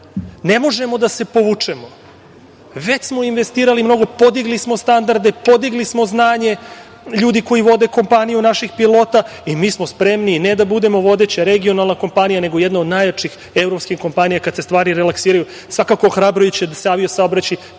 Ne možemo da se povučemo. Već smo investirali mnogo. Podigli smo standarde, podigli smo znanje ljudi koji vode kompaniju naših pilota i mi smo spremni ne da budemo vodeća regionalna kompanija, nego jedna od najjačih evropskih kompanija kada se stvari relaksiraju. Svakako, ohrabrujuće je da se avio-saobraćaj